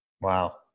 Wow